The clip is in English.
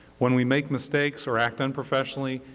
when we make mistakes or act unprofessionally,